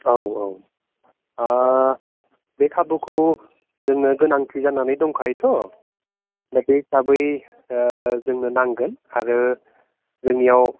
औ औ बे खाबुखौ जोंनो गोनांथि जानानै दंखायोथ' दा बे हिसाबै जोंनो नांगोन आरो जोंनियाव